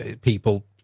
people